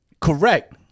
Correct